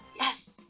Yes